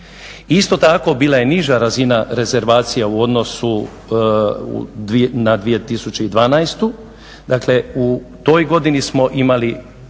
Isto tako bila je niža razina rezervacija u odnosu na 2012., dakle u toj godini smo imali